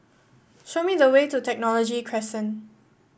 show me the way to Technology Crescent